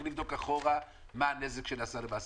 מה הנזק שנגרם למעסיקים.